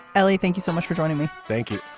ah like thank you so much for joining me. thank you.